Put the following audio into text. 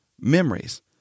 memories